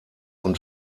und